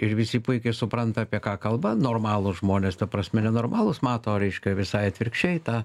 ir visi puikiai supranta apie ką kalba normalūs žmonės ta prasme nenormalūs mato reiškia visai atvirkščiai tą